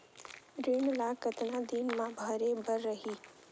ऋण ला कतना दिन मा भरे बर रही?